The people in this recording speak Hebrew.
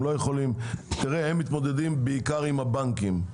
הם מתמודדים בעיקר עם הבנקים.